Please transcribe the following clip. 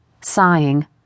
Sighing